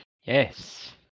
Yes